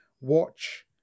watch